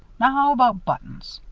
now, how about buttons?